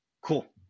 cool